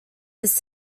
this